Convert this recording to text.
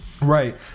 Right